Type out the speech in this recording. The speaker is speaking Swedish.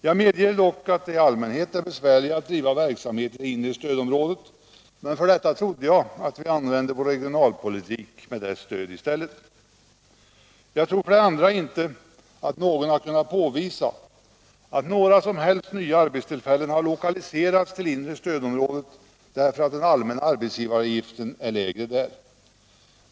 Jag medger att det dock i allmänhet är besvärligare att driva verksamheter i inre stödområdet, men för insatser i det avseendet trodde jag att vi använde vår regionalpolitik med dess stöd i stället. Jag tror för det andra inte att någon har kunnat påvisa att några nya arbetstillfällen har lokaliserats till inre stödområdet därför att den allmänna arbetsgivaravgiften är lägre där.